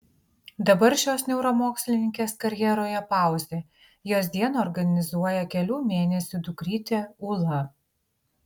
dabar šios neuromokslininkės karjeroje pauzė jos dieną organizuoja kelių mėnesių dukrytė ūla